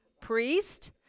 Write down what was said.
priest